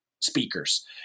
speakers